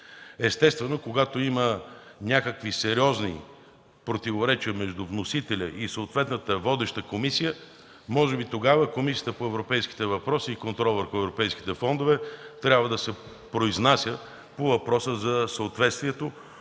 Естествено, когато има някакви сериозни противоречия между вносителя и съответната водеща комисия, може би тогава Комисията по европейските въпроси и контрол на европейските фондове трябва да се произнася по въпроса за съответствието,